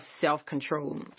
self-control